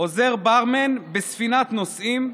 עוזר ברמן בספינת נוסעים,